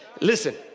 Listen